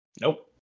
Nope